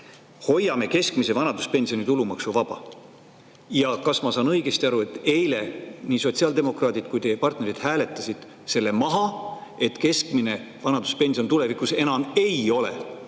"Hoiame keskmise vanaduspensioni tulumaksuvaba"? Kas ma saan õigesti aru, et eile nii sotsiaaldemokraadid kui ka teie partnerid hääletasid selle [poolt], et keskmine vanaduspension tulevikus enam ei ole